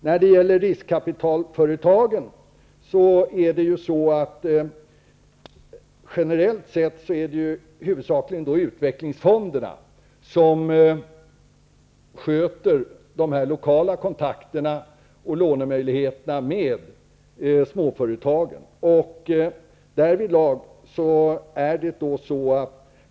När det gäller riskkapitalföretagen vill jag säga att det generellt sett huvudsakligen är utvecklingsfonderna som sköter de lokala kontakterna med småföretagen och handhar deras lånemöjligheter.